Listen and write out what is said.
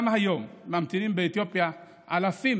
גם היום ממתינים באתיופיה אלפים